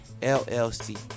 LLC